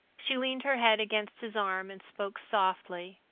she leaned her head against his arm and spoke softly